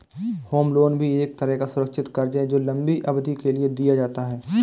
home loan भी एक तरह का सुरक्षित कर्ज है जो लम्बी अवधि के लिए दिया जाता है